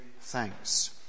thanks